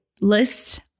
lists